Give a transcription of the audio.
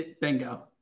Bingo